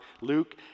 Luke